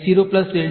વિદ્યાર્થી